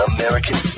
American